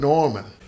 Norman